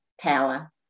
power